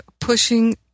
pushing